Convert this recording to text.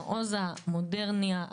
מעוז המודרניה,